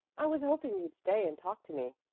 i was hoping you'd stay and talk to me.